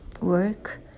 work